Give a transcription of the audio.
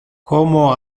como